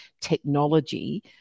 technology